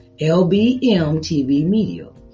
lbmtvmedia